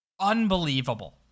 unbelievable